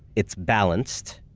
it's balanced.